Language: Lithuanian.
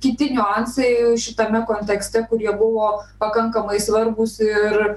kiti niuansai šitame kontekste kurie buvo pakankamai svarbūs ir